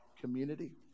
community